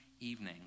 evening